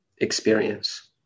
experience